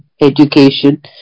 education